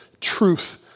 truth